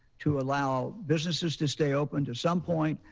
to allow businesses to stay open, to some point,